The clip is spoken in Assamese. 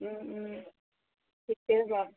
ঠিকেই